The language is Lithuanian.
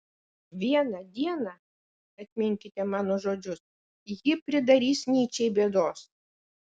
vieną dieną atminkite mano žodžius ji pridarys nyčei bėdos